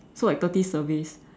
so like thirty surveys